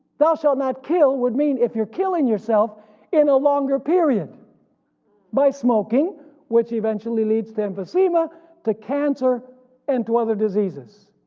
thou shalt not kill would mean if you're killing yourself in a longer period by smoking which eventually leads to emphysema to cancer and to other diseases.